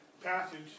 passage